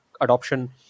adoption